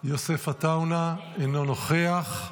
אינו נוכח,